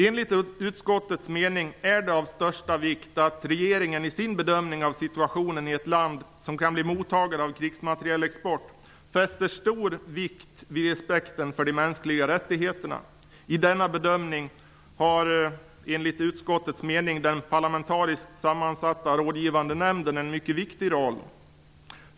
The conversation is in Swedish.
Enligt utskottets mening är det av största vikt att regeringen i sin bedömning av situationen i ett land som kan bli mottagare av krigsmaterielexport fäster stor vikt vid respekten för de mänskliga rättigheterna. I denna bedömning har enligt utskottets mening den parlamentariskt sammansatta rådgivande nämnden en mycket viktig roll.